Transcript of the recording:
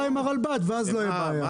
הרלב"ד ואז לא תהיה בעיה.